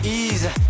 easy